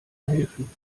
helfen